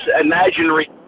imaginary